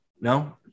No